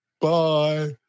Bye